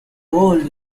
old